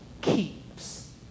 keeps